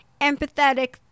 empathetic